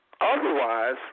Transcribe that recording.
Otherwise